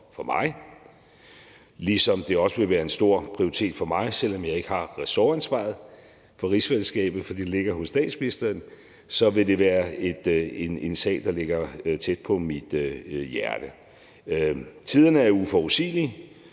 for regeringen og for mig, ligesom det, selv om jeg ikke har ressortansvaret for rigsfællesskabet, fordi det ligger hos statsministeren, også vil være en sag, der ligger tæt på mit hjerte. Tiderne er jo uforudsigelige,